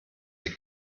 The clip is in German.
ihr